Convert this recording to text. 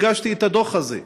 הגשתי את הדוח הזה.